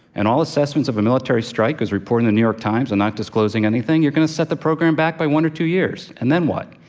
and all assessments of a military strike as reported in the new york times are not disclosing anything you're going to set the program back by one or two years and then what?